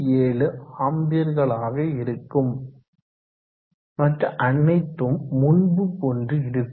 7 ஆம்பியர்களாக இருக்கும் மற்ற அனைத்தும் முன்பு போன்று இருக்கும்